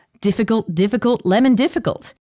difficult-difficult-lemon-difficult